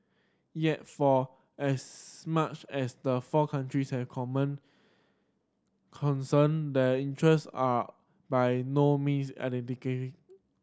yet for as much as the four countries have common concern their interest are by no means identical